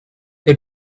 they